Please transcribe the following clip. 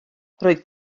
roedd